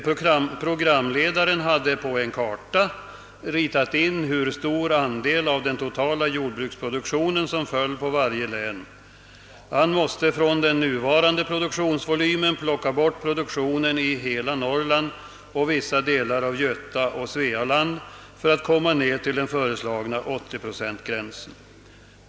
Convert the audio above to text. Programledaren hade på en karta ritat in hur stor andel av den totala jordbruksproduktionen som föll på varje län, och han måste från den nuvarande volymen plocka bort produktionen i hela Norrland och vissa delar av Götaland och Svealand för att komma ned till den föreslagna 80-procentsgränsen.